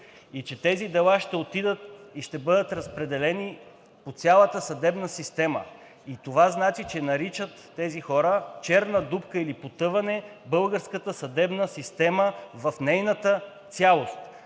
и че тези дела ще отидат и ще бъдат разпределени по цялата съдебна система. Това значи, че наричат тези хора черна дупка или потъване – българската съдебна система в нейната цялост.